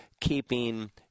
keeping